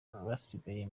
basigaye